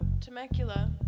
Temecula